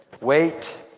wait